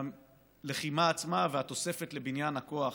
מהלחימה עצמה והתוספת לבניין הכוח,